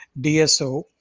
DSO